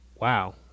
wow